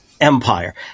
Empire